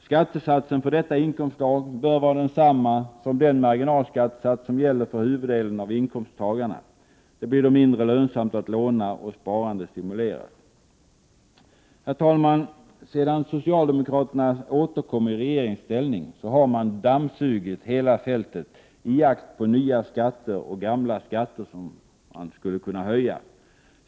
Skattesatsen för detta inkomstslag bör vara densamma som den marginalskattesats som gäller för huvuddelen av inkomsttagarna. Det blir då mindre lönsamt att låna, och sparande stimuleras. Herr talman! Sedan socialdemokraterna återkom i regeringsställning har man dammsugit hela fältet i jakt på nya skatter, och gamla skatter som man skulle kunna höja.